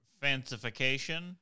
fancification